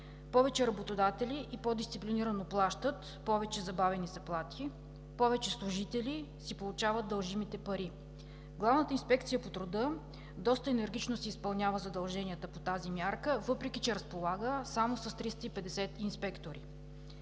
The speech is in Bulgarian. Повече работодатели и по-дисциплинирано плащат повече забавени заплати, повече служители си получават дължимите пари. Главната инспекция по труда доста енергично си изпълнява задълженията по тази мярка, въпреки че разполага само с 350 инспектори.